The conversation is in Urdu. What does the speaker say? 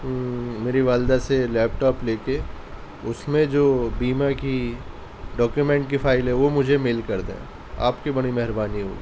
میری والدہ سے لیپ ٹاپ لے کے اس میں جو بیمہ کی ڈاکیومینٹ کی فائل ہے وہ مجھے میل کر دیں آپ کی بڑی مہربانی ہوگی